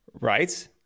Right